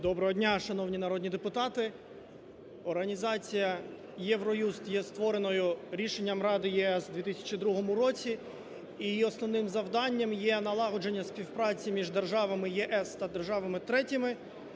Доброго дня, шановні народні депутати. Організація Євроюст є створеною рішення Ради ЄС в 2002 році і її основним завданням є налагодження співпраці між державами ЄС та державами третіми